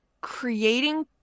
creating